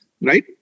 right